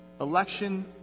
Election